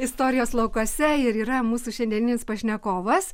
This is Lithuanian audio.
istorijos laukuose ir yra mūsų šiandieninis pašnekovas